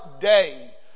day